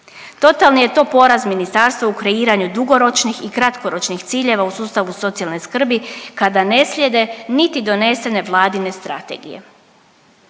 Totalni je to poraz ministarstva u kreiranju dugoročnih i kratkoročnih ciljeva u sustavu socijalne skrbi kada ne slijede niti donesene Vladine strategije.